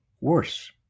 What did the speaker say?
worse